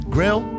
Grill